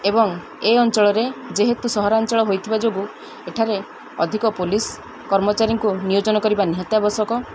ଏବଂ ଏ ଅଞ୍ଚଳରେ ଯେହେତୁ ସହରାଞ୍ଚଳ ହୋଇଥିବା ଯୋଗୁ ଏଠାରେ ଅଧିକ ପୋଲିସ୍ କର୍ମଚାରୀଙ୍କୁ ନିୟୋଜନ କରିବା ନିହାତି ଆବଶ୍ୟକ